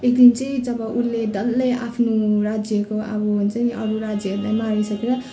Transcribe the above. एक दिन चाहिँ जब उसले डल्लै आफ्नो राज्यको अब हुन्छ नि अरू राज्यहरूलाई मारी सकेर